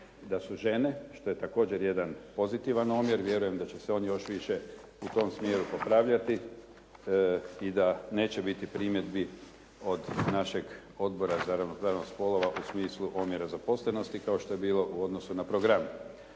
da su žene što je također jedan pozitivan omjer. Vjerujem da će se on još više u tom smjeru popravljati i da neće biti primjedbi od našeg Odbora za ravnopravnost spolova u smislu omjera zaposlenosti kao što je bilo u odnosu na program.